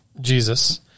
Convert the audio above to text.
Jesus